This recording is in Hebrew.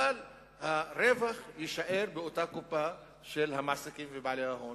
אבל הרווח יישאר בקופה של המעסיקים ובעלי ההון.